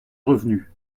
revenu